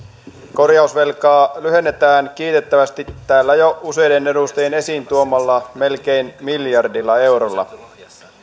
korjausvelkaa lyhennetään kiitettävästi täällä jo useiden edustajien esiin tuomalla melkein miljardilla eurolla